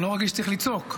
אני לא מרגיש שצריך לצעוק.